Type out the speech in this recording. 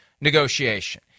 negotiation